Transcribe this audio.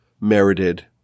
merited